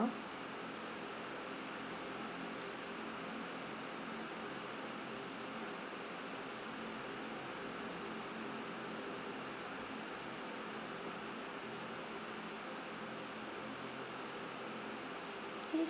okay